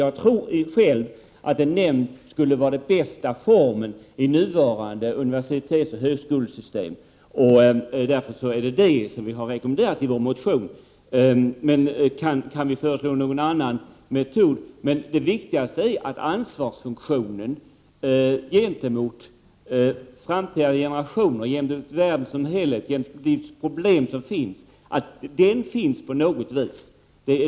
Jag tror själv att en nämnd skulle vara den bästa formen i nuvarande universitetsoch högskolesystem, så därför är det detta vi har rekommenderat i vår motion, men det kanske kan föreslås någon annan metod. Det viktigaste är att ansvarsfunktionen gentemot framtida generationer, mot världen som helhet och livets problem finns på något vis.